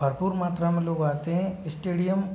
भरपूर मात्रा में लोग आते हैं स्टेडियम